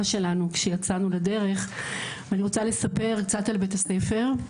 שלנו כשיצאנו לדרך ואני רוצה לספר קצת על בית הספר.